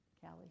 Callie